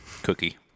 cookie